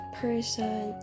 person